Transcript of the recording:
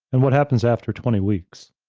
and what happens after twenty weeks?